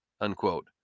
unquote